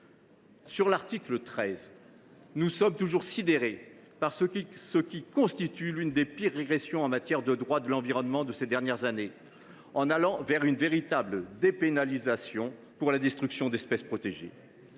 Sur l’article 13, nous sommes toujours sidérés par ce qui constitue l’une des pires régressions en matière de droit de l’environnement de ces dernières années. En allant vers une véritable dépénalisation de la destruction d’espèces protégées